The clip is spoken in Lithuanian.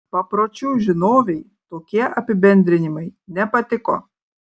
papročių žinovei tokie apibendrinimai nepatiko